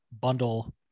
bundle